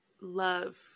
love